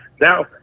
now